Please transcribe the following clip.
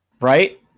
Right